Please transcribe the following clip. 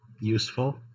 useful